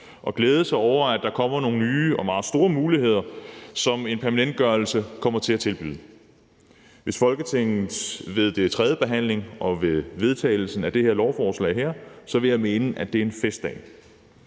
glæde mig over, at der kommer nogle nye og meget store muligheder, som en permanentgørelse kommer til at tilbyde. Hvis Folketinget ved tredjebehandlingen vedtager det her lovforslag, vil jeg mene, at det er en festdag.